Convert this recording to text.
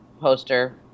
poster